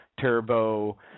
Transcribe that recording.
Turbo